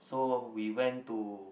so we went to